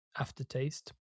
aftertaste